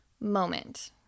moment